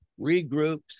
regroups